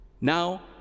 Now